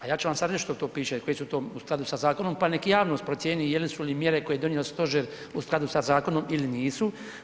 A ja ću vam sad reći što tu piše koji su to u skladu sa zakonom pa nek javnost procijeni jesu li mjere koje je donio stožer u skladu sa zakonom ili nisu.